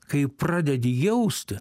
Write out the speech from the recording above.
kai pradedi jausti